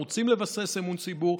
אנחנו רוצים לבסס את אמון הציבור.